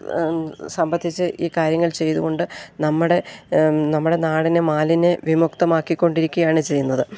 സംബന്ധിച്ച് ഈ കാര്യങ്ങൾ ചെയ്തു കൊണ്ട് നമ്മുടെ നമ്മുടെ നാടിനെ മാലിന്യ വിമുക്തമാക്കിക്കൊണ്ടിരിക്കുകയാണ് ചെയ്യുന്നത്